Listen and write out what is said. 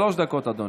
שלוש דקות, אדוני.